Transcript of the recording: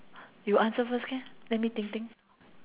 you answer first can let me think think